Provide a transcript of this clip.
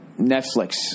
netflix